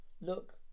Look